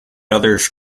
others